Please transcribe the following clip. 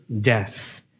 death